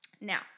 Now